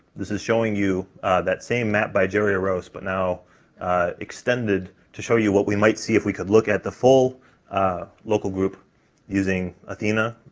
this is showing you that same map by jerry orosz, but now extended to show you what we might see if we could look at the full local group using athena,